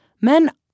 Men